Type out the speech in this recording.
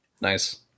Nice